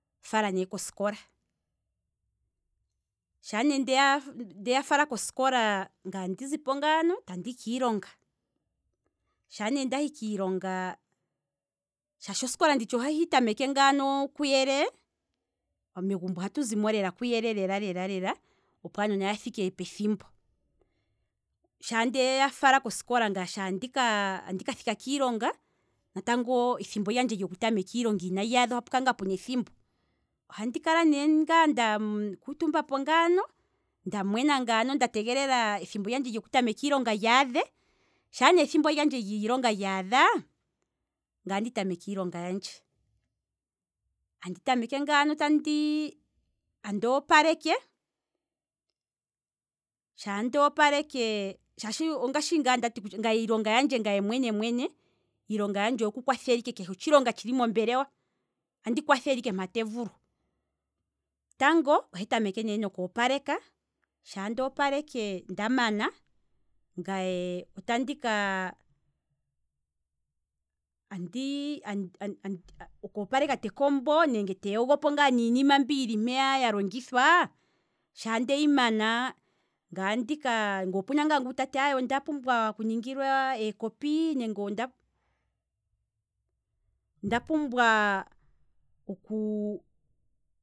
Noku fala ne kosikola, shaa ne ndeya fala kosikola ngaye andi zipo ngaano, tandi hi kiilonga, sha ne ndahi kiilonga, shaashi osikola nditsha ohahi tameke ngaano kuyele, megumbo ohatu zimo kuyele lela lela, opo aanona ya thike pethimbo, shaa ndeya fala kosikola ngaye sha ndika thika kiilonga, natango ethimbo lyandje lyoku tameka iilonga iinali adha ohapu kala ngaa pena ethimbo, ohandi kala ngaa ne ndaku tumba po ngaano nda mwena nda tegelela ethimbo lyandje lyoku tameka iilonga lyaadhe, shaa ne ethimbo lyandje lyiilonga lyaadha, ngaye andi tameke iilonga yandje, andi tameke ngaano andii opaleke, shaa ndooplke. ongadhi ngaa ndati ngaye iilonga yandje mwene mwene, ngaye iilonga yandje oku kwathela ike keshe otshilonga tshili mombelewa, andi kwathele ike mpa tevulu, tango ohe tameke ne noku opaleka, sha nda opaleke ndamana, ngaye otandi te kombo ngaye te yogopo ngaa niinima mbi yili mpeya ya longithwa, shaa ndeyi mana, nge opuna ngaa ngu tati onda pumbwa okuningilwa ee copy, onda pumbwaa